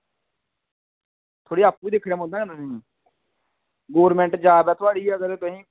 थोह्ड़ी आपूं बी दिक्खना पौंदा ना तुसेंई गौरमेंट जाब ऐ थुआढ़ी अगर तुसेंगी